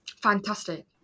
Fantastic